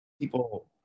people